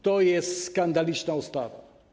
To jest skandaliczna ustawa.